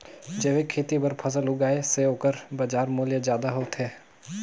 जैविक खेती बर फसल उगाए से ओकर बाजार मूल्य ज्यादा होथे